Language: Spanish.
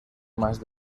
más